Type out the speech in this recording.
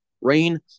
rain